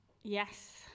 Yes